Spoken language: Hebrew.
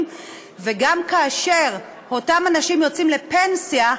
וגם כאשר אותם אנשים יוצאים לפנסיה,